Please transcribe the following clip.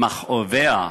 עם מכאוביה,